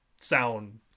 sound